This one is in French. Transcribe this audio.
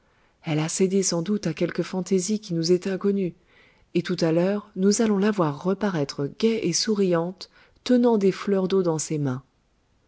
elle a cédé sans doute à quelque fantaisie qui nous est inconnue et tout à l'heure nous allons la voir reparaître gaie et souriante tenant des fleurs d'eau dans ses mains